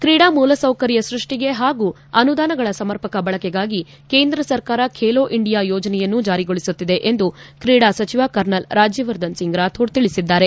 ಕ್ರೀಡಾ ಮೂಲಸೌಕರ್ಯ ಸೃಷ್ಟಿಗೆ ಹಾಗೂ ಅನುದಾನಗಳ ಸಮರ್ಪಕ ಬಳಕೆಗಾಗಿ ಕೇಂದ್ರ ಸರ್ಕಾರ ಬೇಲೋ ಇಂಡಿಯಾ ಯೋಜನೆಯನ್ನು ಜಾರಿಗೊಳಿಸುತ್ತಿದೆ ಎಂದು ಕ್ರೀಡಾ ಸಚಿವ ಕರ್ನಲ್ ರಾಜ್ಯವರ್ಧನ್ ಸಿಂಗ್ ರಾಥೋಡ್ ತಿಳಿಸಿದ್ದಾರೆ